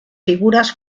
figuras